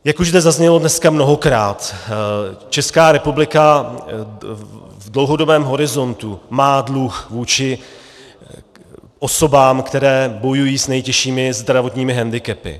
Jak už zde zaznělo dneska mnohokrát, Česká republika v dlouhodobém horizontu má dluh vůči osobám, které bojují s nejtěžšími zdravotními hendikepy.